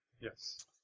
Yes